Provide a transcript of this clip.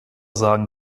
sagen